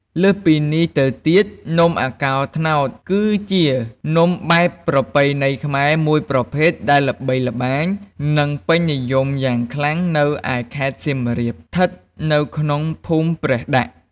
លើសពីនេះទៅទៀត នំអាកោត្នោតគឺជានំបែបប្រពៃណីខ្មែរមួយប្រភេទដែលល្បីល្បាញ និងពេញនិយមយ៉ាងខ្លាំងនៅឯខេត្តសៀមរាប ស្ថិតនៅក្នុងភូមិព្រះដាក់។